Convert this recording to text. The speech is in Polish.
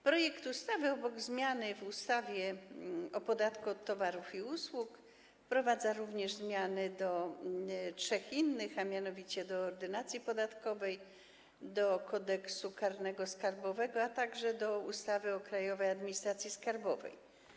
Projekt ustawy obok zmiany w ustawie o podatku od towarów i usług wprowadza również zmiany do trzech innych ustaw, a mianowicie do Ordynacji podatkowej, do Kodeksu karnego skarbowego, a także do ustawy o Krajowej Administracji Skarbowej.